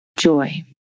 Joy